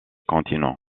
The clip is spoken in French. continents